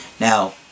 Now